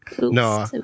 No